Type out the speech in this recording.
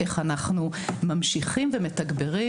איך אנחנו ממשיכים ומתגברים,